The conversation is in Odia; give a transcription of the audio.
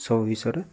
ସବୁ ବିଷୟରେ